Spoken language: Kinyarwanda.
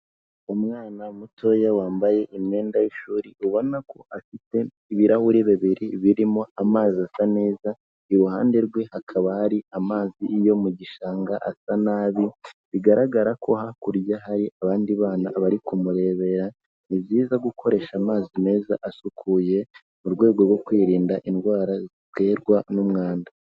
Umwana mutoya wambaye imyenda y'ishuri, ubona ko afite ibirahuri bibiri birimo amazi asa neza, iruhande rwe hakaba hari amazi yo mu gishanga asa nabi, bigaragara ko hakurya hari abandi bana bari kumurebera. Ni byiza gukoresha amazi meza asukuye mu rwego rwo kwirinda indwara ziterwa n'umwanda.